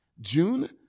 June